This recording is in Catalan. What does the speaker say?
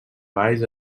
balls